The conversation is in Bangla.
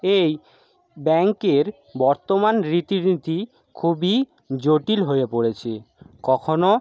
এই ব্যাংকের বর্তমান রীতি নীতি খুবই জটিল হয়ে পড়েছে কখনো